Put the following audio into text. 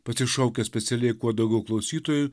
pasišaukęs specialiai kuo daugiau klausytojų